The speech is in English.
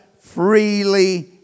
freely